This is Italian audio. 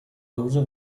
uso